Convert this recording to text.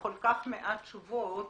וכל כך מעט תשובות,